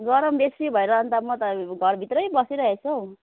गरम बेसी भएर अन्त म त घरभित्रै बसिरहेको छु हौ